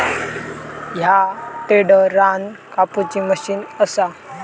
ह्या टेडर रान कापुची मशीन असा